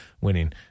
winning